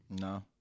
No